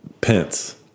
Pence